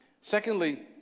Secondly